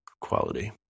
quality